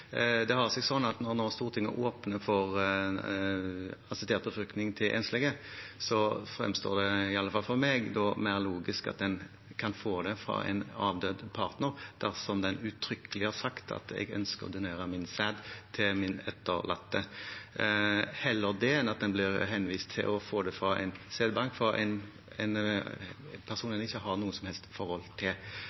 Det har seg sånn at når Stortinget åpner for assistert befruktning for enslige, fremstår det iallfall for meg mer logisk at en kan få det fra en avdød partner dersom denne uttrykkelig har sagt at han ønsker å donere sin sæd til sin etterlatte – heller det enn at en blir henvist til å få det fra en sædbank fra en person en ikke har noe som helst forhold til.